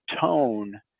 tone